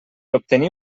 obtenir